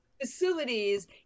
facilities